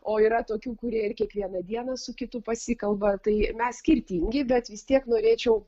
o yra tokių kurie ir kiekvieną dieną su kitu pasikalba tai mes skirtingi bet vis tiek norėčiau